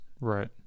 right